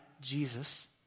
Jesus